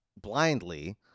blindly